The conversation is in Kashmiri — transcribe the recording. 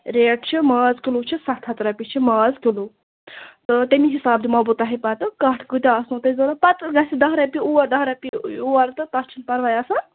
ریٹ چھِ ماز کِلوٗ چھِ سَتھ ہتھ رۄپیہِ چھِ ماز کِلوٗ تہٕ تَمی حِساب دِمو بہٕ توہہِ پَتہٕ کَٹھ کۭتیٛاہ آسنو تۄہہِ ضوٚرَتھ پتہٕ گَژھِ دَہ رۄپیہِ اور دَہ رۄپیہِ یور تہٕ تَتھ چھُنہٕ پرواے آسان